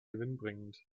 gewinnbringend